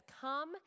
come